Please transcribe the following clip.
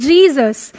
Jesus